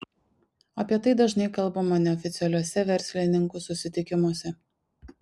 apie tai dažnai kalbama neoficialiuose verslininkų susitikimuose